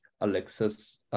Alexis